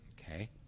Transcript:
Okay